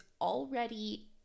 already